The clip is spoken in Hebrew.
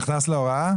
זה נכנס להוראה?